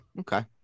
okay